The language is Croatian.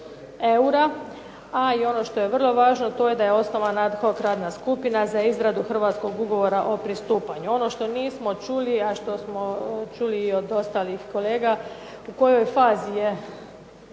A ono što je vrlo važno to je da je osnovana ad hoc radna skupina za izradu hrvatskog ugovora o pristupanju. Ono što nismo čuli, a što smo čuli i od ostalih kolega u kojoj fazi je